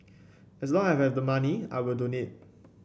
as long as I have the money I will donate